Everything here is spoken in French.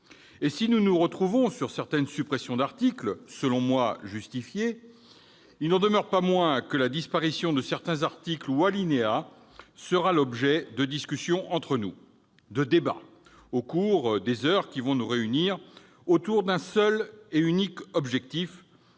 Si nous nous retrouvons s'agissant de certaines suppressions d'articles, selon moi justifiées, il n'en demeure pas moins que la disparition de certains articles ou alinéas sera l'objet de discussions, au cours des heures qui nous réuniront autour d'un seul et unique objectif,